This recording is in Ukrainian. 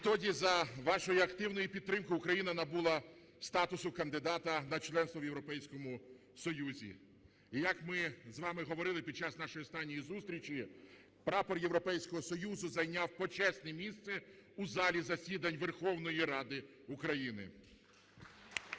Відтоді за вашої активної підтримки Україна набула статусу кандидата на членство в Європейському Союзі. І як ми з вами говорили під час нашої останньої зустрічі, прапор Європейського Союзу зайняв почесне місце у залі засідань Верховної Ради України.